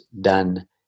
done